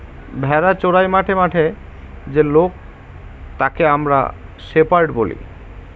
ভেড়া চোরাই মাঠে মাঠে যে লোক তাকে আমরা শেপার্ড বলি